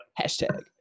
Hashtag